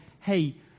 hey